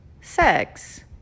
sex